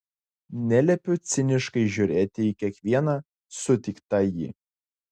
neliepiu ciniškai žiūrėti į kiekvieną sutiktąjį